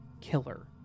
Killer